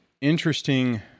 interesting